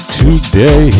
today